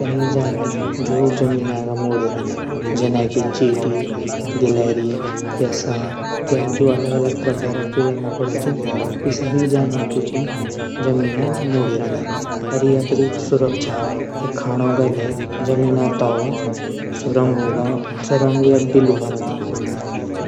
कई जानवर जू जमीन मुडी रैंदा। चींटी गिलहरी या सांप जू अलग अलग प्रकार कीडा मकोडा छन सभी जानवर जू छन जमीना मुडी रैंदा। इ अपडी सुरक्षा खाणु गल जमीने ताल सुरंग या बिलों मा रैंदा